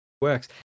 works